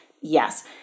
Yes